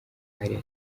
hariya